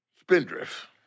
Spindrift